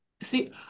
see